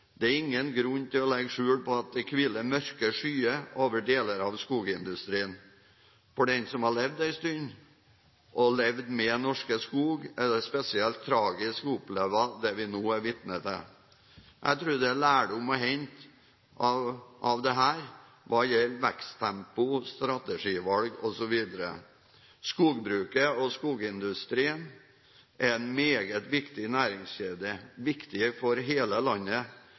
Det er ingen grunn til å legge skjul på at det hviler mørke skyer over deler av skogindustrien. For den som har levd en stund, og levd med Norske Skog, er det spesielt tragisk å oppleve det vi nå er vitne til. Jeg tror det er lærdom å hente av dette hva gjelder veksttempo, strategivalg osv. Skogbruket og skogindustrien er en meget viktig næringskjede, viktig for hele landet.